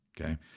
okay